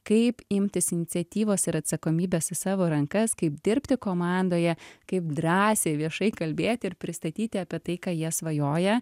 kaip imtis iniciatyvos ir atsakomybės į savo rankas kaip dirbti komandoje kaip drąsiai viešai kalbėti ir pristatyti apie tai ką jie svajoja